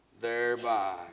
thereby